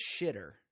shitter